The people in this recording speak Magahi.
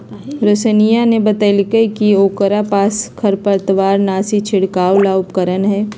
रोशिनीया ने बतल कई कि ओकरा पास खरपतवारनाशी छिड़के ला उपकरण हई